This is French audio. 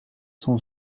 son